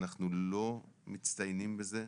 אנחנו לא מצטיינים בזה,